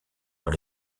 dans